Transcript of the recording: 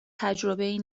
تجربهای